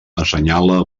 assenyala